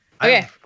Okay